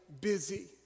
busy